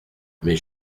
mais